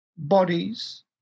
bodies